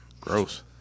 Gross